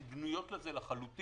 הן בנויות לזה לחלוטין.